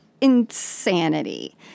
insanity